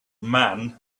man